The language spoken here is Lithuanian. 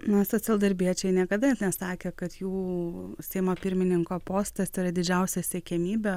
na socialdarbiečiai niekada nesakė kad jų seimo pirmininko postas yra didžiausia siekiamybė